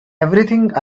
everything